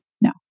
No